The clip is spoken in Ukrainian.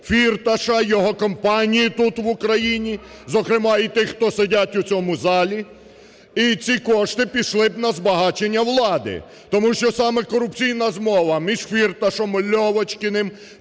Фірташа і його компанії тут, в Україні, зокрема і тих, хто сидять у цьому залі, і ці кошти пішли б на збагачення влади. Тому що саме корупційна змова між Фірташем і Льовочкіним,